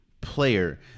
player